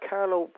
Carlo